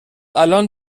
الان